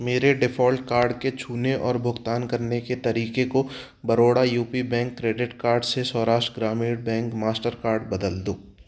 मेरे default card के छूने और भुगतान करने के तरीके को Baroda U P bank credit card से सौराष्ट्र ग्रामीण बैंक मास्टरकार्ड बदल दो